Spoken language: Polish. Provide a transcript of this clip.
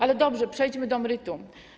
Ale dobrze, przejdźmy do meritum.